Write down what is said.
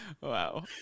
wow